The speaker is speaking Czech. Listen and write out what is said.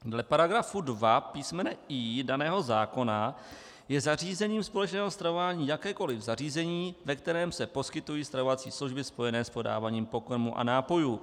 Dle § 2 písm. i) daného zákona je zařízením společného stravování jakékoli zařízení, ve kterém se poskytují stravovací služby spojené s podáváním pokrmů a nápojů.